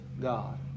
God